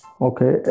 Okay